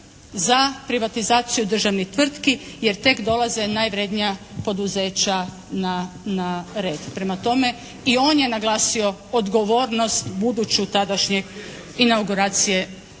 za privatizaciju državnih tvrtki jer tek dolaze najvrednija poduzeća na red. Prema tome, i on je naglasio odgovornost buduću tadašnjeg inauguracije